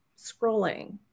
scrolling